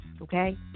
Okay